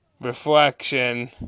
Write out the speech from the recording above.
reflection